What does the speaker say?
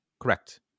correct